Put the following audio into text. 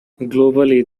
globally